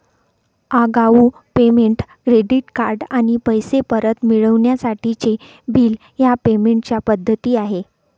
आगाऊ payment, credit card आणि पैसे परत मिळवण्यासाठीचे बिल ह्या पेमेंट च्या पद्धती आहे